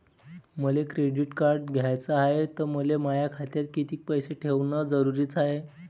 मले credit card घ्याचं हाय, त मले माया खात्यात कितीक पैसे ठेवणं जरुरीच हाय?